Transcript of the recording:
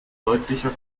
deutlicher